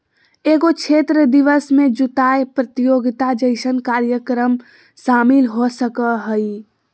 एगो क्षेत्र दिवस में जुताय प्रतियोगिता जैसन कार्यक्रम शामिल हो सकय हइ